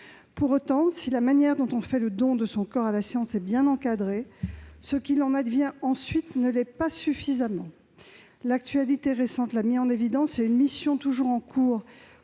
Pour autant, si la manière dont on fait le don de son corps à la science est bien encadrée, ce qu'il en advient ensuite ne l'est pas suffisamment. L'actualité récente l'a mis en évidence. Une mission toujours en cours,